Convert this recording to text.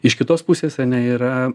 iš kitos pusės ane yra